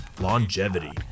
Longevity